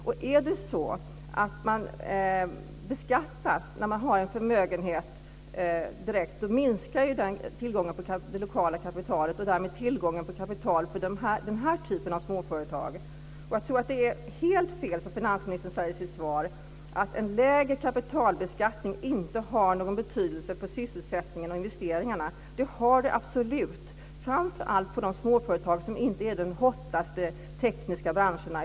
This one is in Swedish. Om det är så att man beskattas när man har en förmögenhet minskar ju tillgången på det lokala kapitalet och därmed tillgången på kapital för den här typen av småföretag. Jag tror att det är helt fel som finansministern säger i sitt svar att en lägre kapitalbeskattning inte har någon betydelse för sysselsättningen och investeringarna. Det har det absolut, framför allt för de småföretag som inte är i de "hottaste" tekniska branscherna.